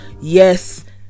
yes